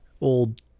old